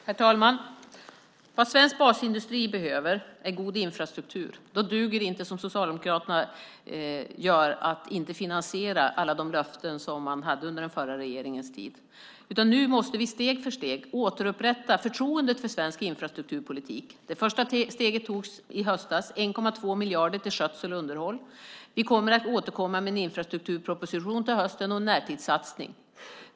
Herr talman! Vad svensk basindustri behöver är god infrastruktur. Då duger det inte att göra som Socialdemokraterna gör; att inte finansiera alla de löften som man gav under den förra regeringens tid. Nu måste vi steg för steg återupprätta förtroendet för svensk infrastrukturpolitik. Det första steget togs i höstas: 1,2 miljarder kronor till skötsel och underhåll. Vi kommer att återkomma med en infrastrukturproposition till hösten, och en närtidssatsning.